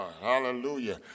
Hallelujah